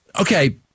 Okay